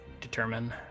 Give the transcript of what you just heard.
determine